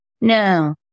no